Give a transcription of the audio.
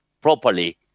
properly